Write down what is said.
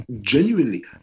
genuinely